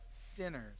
sinners